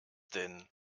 denn